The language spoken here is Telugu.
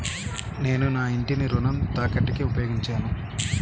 నేను నా ఇంటిని రుణ తాకట్టుకి ఉపయోగించాను